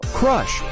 crush